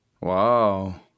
Wow